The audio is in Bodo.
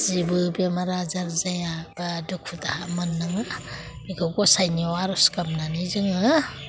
जेबो बेमार आजार जाया बा दुखु दाहा मोन्नाङा बेखौ गसाइनियाव आर'ज गाबनानै जोङो